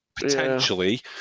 potentially